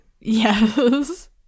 Yes